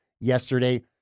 yesterday